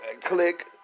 Click